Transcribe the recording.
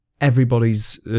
everybody's